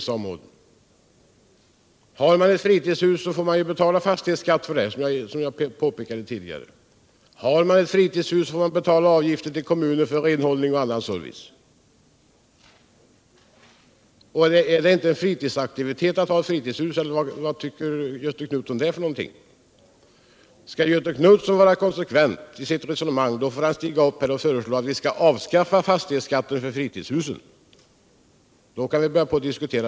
Som jag tidigare påpekade får man betala fastighetsskatt om man äger ett fritidshus. Man fär då också betala avgifter till kommunen för renhållning och unnan service. Är det inte en fritidsaktivitet utt ha et fritidshus? Anser inte Göthe Knutson det? Om Göthe Knutson skall vara konsekvent måste han stiga upp här och föreslå av viskallavskafta fastighetsskatten på fritidshus. I så fåll kan vi börja diskutera den saken.